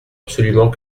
absolument